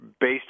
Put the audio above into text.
based